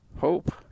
hope